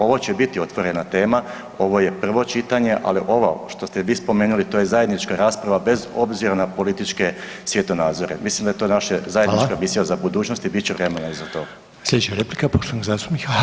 Ovo će biti otvorena tema, ovo je prvo čitanje, ali ovo što ste vi spomenuli, to je zajednička rasprava bez obzira na političke svjetonazore, mislim da je to naša zajednička misija [[Upadica: Hvala.]] za budućnost i bit će vremena i za to.